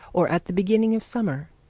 or at the beginning of summer.